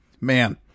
man